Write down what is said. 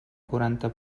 quaranta